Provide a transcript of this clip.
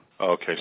Okay